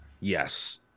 Yes